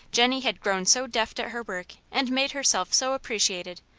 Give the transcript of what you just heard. jennie had grown so deft at her work and made herself so appreciated,